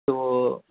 تو